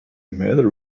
matter